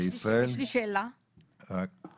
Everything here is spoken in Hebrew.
יש לי שאלה בבקשה.